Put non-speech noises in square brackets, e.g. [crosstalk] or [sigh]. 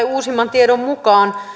[unintelligible] uusimman tiedon mukaan